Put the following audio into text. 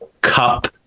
Cup